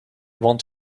wond